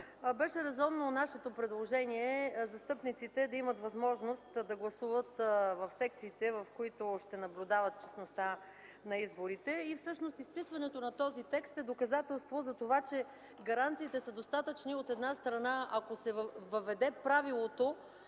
беше резонно нашето предложение застъпниците да имат възможност да гласуват в секциите, в които ще наблюдават честността на изборите. Всъщност изписването на този текст е доказателство за това, че гаранциите са достатъчни, от една страна, ако се въведе правилото